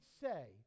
say